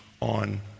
on